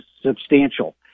substantial